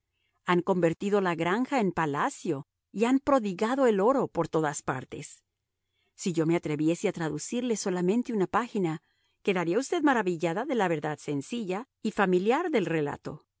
han convertido la granja en palacio y han prodigado el oro por todas partes si yo me atreviese a traducirle solamente una página quedaría usted maravillada de la verdad sencilla y familiar del relato